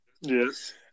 yes